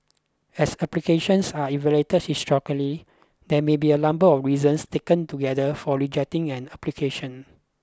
as applications are evaluated holistically there may be a number of reasons taken together for rejecting an application